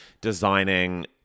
designing